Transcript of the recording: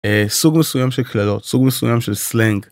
אה, סוג מסוים של קללות. סוג מסוים של סלנג.